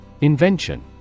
Invention